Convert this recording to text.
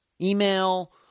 email